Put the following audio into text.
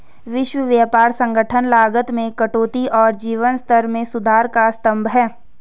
विश्व व्यापार संगठन लागत में कटौती और जीवन स्तर में सुधार का स्तंभ है